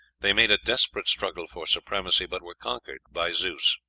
they made a desperate struggle for supremacy, but were conquered by zeus.